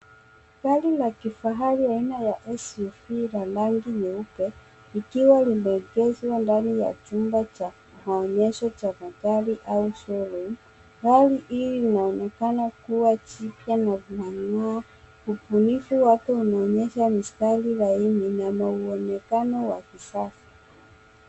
Gari la kifahari aina ya SUV la rangi nyeupe. Ikiwa limeongezwa ndani ya chumba cha maonyesha cha magari au showroom , gari hii inaonekana kuwa jipya na linangaa ubunifu wake unaonyesha mistari laini na mwonekano wa kisasa.